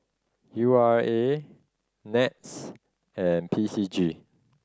U R A NETS and P C G